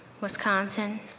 Wisconsin